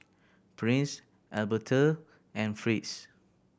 Prince Albertha and Fritz